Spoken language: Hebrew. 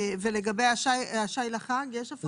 ולגבי השי לחג, יש הפרשה?